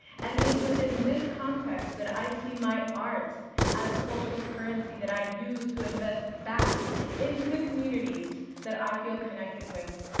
and it is within this context that i see my art as cultural currency that i use to invest back into the communities that i feel connected with,